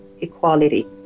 equality